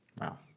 Wow